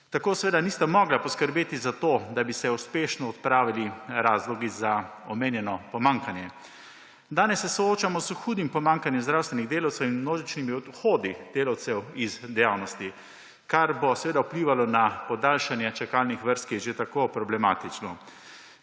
Tako seveda nista mogla poskrbeti za to, da bi se uspešno odpravili razlogi za omenjeno pomanjkanje. Danes se soočamo s hudim pomanjkanjem zdravstvenih delavcev in množičnimi odhodi delavcev iz dejavnosti, kar bo seveda vplivalo na podaljšanje čakalnih vrst, ki je že tako problematično.